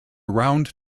round